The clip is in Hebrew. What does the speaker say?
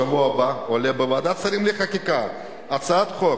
בשבוע הבא עולה בוועדת שרים לחקיקה הצעת חוק